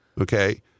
okay